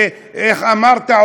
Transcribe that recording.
שאיך אמרת,